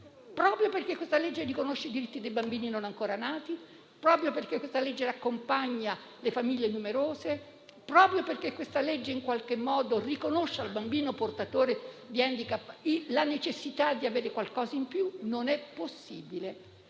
proprio perché questa legge riconosce i diritti dei bambini non ancora nati; perché accompagna le famiglie numerose e in qualche modo riconosce al bambino portatore di *handicap* la necessità di avere qualcosa in più, non è possibile